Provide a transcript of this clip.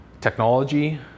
technology